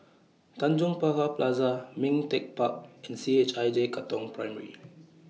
Tanjong Pagar Plaza Ming Teck Park and C H I J Katong Primary